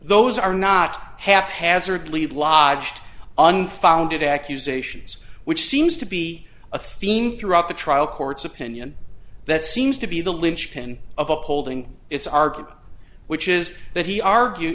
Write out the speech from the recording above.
those are not haphazard lead lodged unfounded accusations which seems to be a theme throughout the trial court's opinion that seems to be the linchpin of upholding its argument which is that he argue